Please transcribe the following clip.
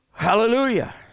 Hallelujah